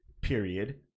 period